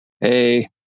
Hey